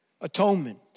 atonement